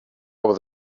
with